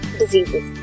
diseases